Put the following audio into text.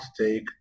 take